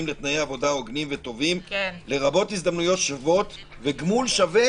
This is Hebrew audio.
לתנאי עבודה הוגנים וטובים לרבות הזדמנויות שוות וגמול שווה